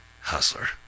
Hustler